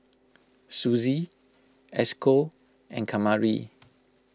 Suzy Esco and Kamari